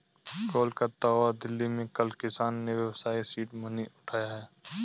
कोलकाता और दिल्ली में कल किसान ने व्यवसाय सीड मनी उठाया है